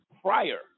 prior